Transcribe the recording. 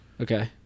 Okay